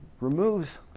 Removes